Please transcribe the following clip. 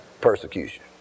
persecution